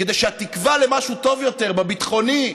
כדי שהתקווה למשהו טוב יותר בביטחוני,